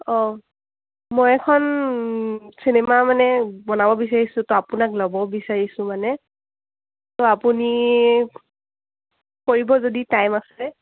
অঁ মই এখন চিনেমা মানে বনাব বিচাৰিছোঁ ত' আপোনাক ল'ব বিচাৰিছোঁ মানে ত' আপুনি কৰিব যদি টাইম আছে